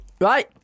Right